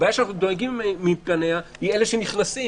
הבעיה היא אלה שנכנסים,